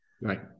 Right